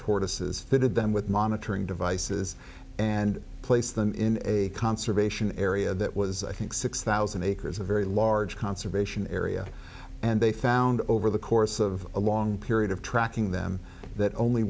tortoises fitted them with monitoring devices and placed them in a conservation area that was i think six thousand acres a very large conservation area and they found over the course of a long period of tracking them that only